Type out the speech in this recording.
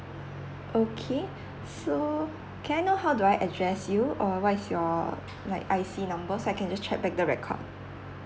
okay so can I know how do I address you or what's your like I_C numbers I can just check back the record